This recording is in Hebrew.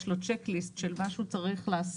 יש לו צ'ק לסט של מה שהוא צריך לעשות